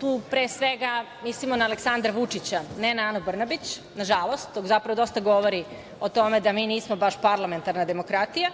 tu pre svega mislimo na Aleksandra Vučića, ne na Anu Brnabić, na žalost, a to dosta zapravo govori o tome da mi nismo baš parlamentarna demokratija.